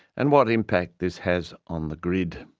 and what impact this has on the grid.